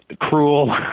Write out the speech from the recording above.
cruel